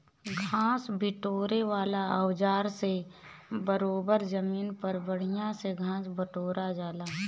घास बिटोरे वाला औज़ार से बरोबर जमीन पर बढ़िया से घास बिटोरा जाला